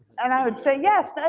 and i would say, yes.